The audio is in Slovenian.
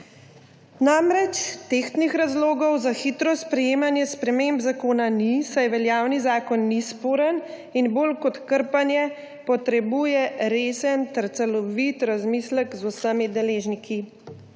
Tehtnih razlogov za hitro sprejemanje sprememb zakona ni, saj veljavni zakon ni sporen in bolj kot krpanje potrebuje resen ter celovit razmislek z vsemi deležniki.